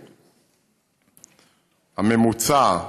הממוצע,